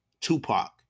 tupac